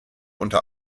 unter